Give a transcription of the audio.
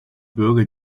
bürger